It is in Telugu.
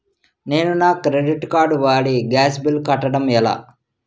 నేను నా క్రెడిట్ కార్డ్ వాడి గ్యాస్ బిల్లు కట్టడం ఎలా?